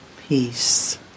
peace